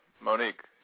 Monique